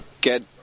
get